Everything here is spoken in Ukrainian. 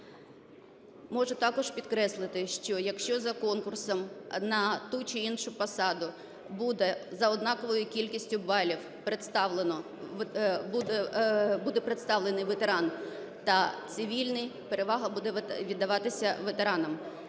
Можу також підкреслити, що, якщо за конкурсом на ту чи іншу посаду буде за однаковою кількістю балів буде представлений ветеран та цивільний, перевага буде віддаватися ветеранам.